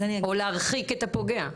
או להרחיק את הפוגע.